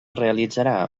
realitzarà